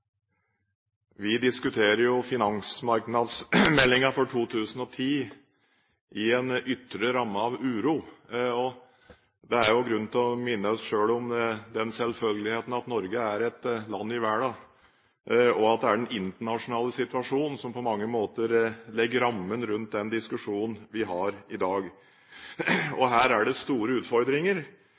Vi diskuterer finansmarknadsmeldinga for 2010 i en ytre ramme av uro. Det er grunn til å minne oss selv om den selvfølgeligheten at Norge er et land i verden, og at det er den internasjonale situasjonen som på mange måter legger rammen rundt den diskusjonen vi har i dag. Og her er det store utfordringer.